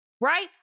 right